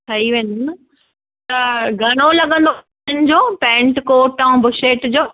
ठही वेंदो न त घणो लॻंदो इन्हनि जो पेंट कोट अऊं बूशेट जो